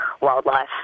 wildlife